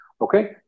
Okay